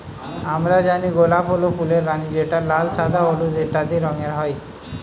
আমরা জানি গোলাপ হল ফুলের রানী যেটা লাল, সাদা, হলুদ ইত্যাদি রঙের হয়